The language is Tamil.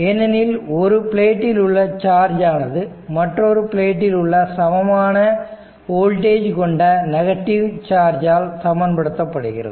ஏனெனில் ஒரு பிளேட்டில் உள்ள சார்ஜ் ஆனது மற்றொரு பிளேட்டில் உள்ள சமமான வோல்டேஜ் கொண்ட நெகட்டிவ் சார்ஜ் ஆல் சமன் படுத்தப்படுகிறது